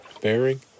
bearing